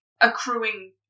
accruing